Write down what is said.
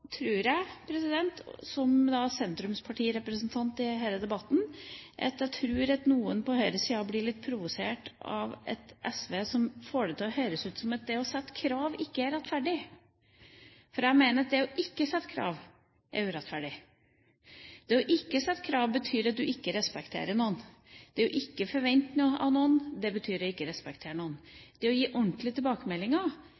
jeg, som sentrumspartirepresentant i denne debatten, at noen på høyresiden blir litt provosert av et SV som får det til å høres ut som om det å sette krav ikke er rettferdig. Jeg mener at det å ikke sette krav er urettferdig. Det å ikke sette krav betyr at du ikke respekterer noen. Det å ikke forvente noe av noen betyr å ikke respektere